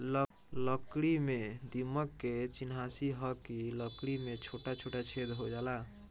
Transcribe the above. लकड़ी में दीमक के चिन्हासी ह कि लकड़ी में छोटा छोटा छेद हो जाला